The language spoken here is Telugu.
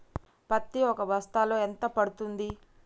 పత్తి ఒక బస్తాలో ఎంత పడ్తుంది?